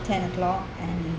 ten o'clock and